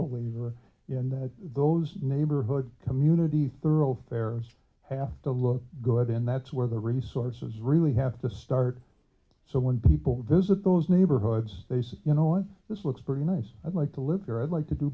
believer in that those neighborhood community thoroughfares have to look good and that's where the resources really have to start so when people visit those neighborhoods they say you know if this looks pretty nice i'd like to live there i'd like to do